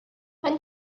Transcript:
when